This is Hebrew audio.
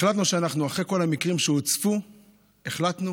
אחרי כל המקרים שהוצפו החלטנו